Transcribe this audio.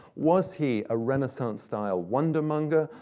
was he a renaissance-style wondermonger,